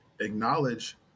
acknowledge